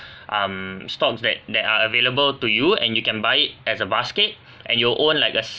um stocks that that are available to you and you can buy it as a basket and you'll own like a